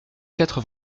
quatre